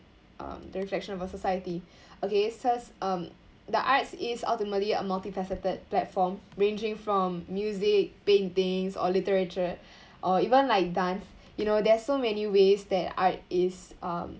um the reflection of a society okay ss~ um the arts is ultimately a multifaceted platform ranging from music paintings or literature or even like dance you know there's so many ways that art is um